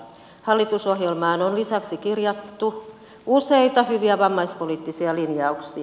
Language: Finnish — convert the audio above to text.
hallitusohjelmaan on lisäksi kirjattu useita hyviä vammaispoliittisia linjauksia